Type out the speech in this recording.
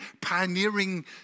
pioneering